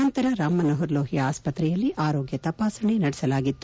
ನಂತರ ರಾಮ ಮನೋಹರ್ ಲೋಹಿಯಾ ಆಸ್ವತ್ರೆಯಲ್ಲಿ ಆರೋಗ್ನ ತಪಾಸಣೆ ನಡೆಸಲಾಗಿತ್ತು